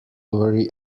worry